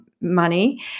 money